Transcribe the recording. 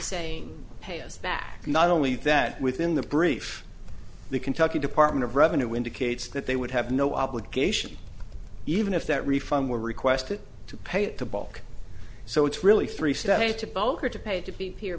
saying pay us back not only that within the brief the kentucky department of revenue indicates that they would have no obligation even if that refund were requested to pay it to bulk so it's really three separ